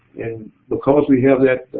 and because we have that